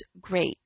great